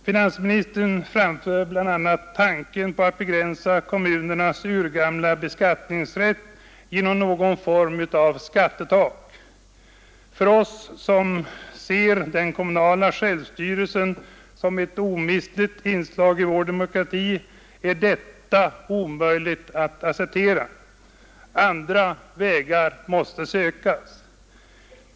Finansministern framför bl.a. tanken på att begränsa kommunernas urgamla beskattningsrätt genom någon form av skattetak. För oss som ser den kommunala självstyrelsen som ett omistligt inslag i vår demokrati är detta omöjligt att acceptera. Andra vägar måste sökas.